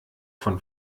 von